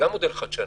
זה גם מודל חדשני,